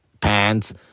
pants